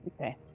Okay